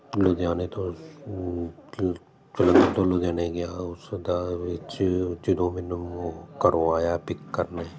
ਲੁਧਿਆਣੇ ਤੋਂ ਲੁਧਿਆਣੇ ਗਿਆ ਉਸਦਾ ਵਿੱਚ ਜਦੋਂ ਮੈਨੂੰ ਘਰੋਂ ਆਇਆ ਪਿੱਕ ਕਰਨ